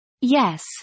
Yes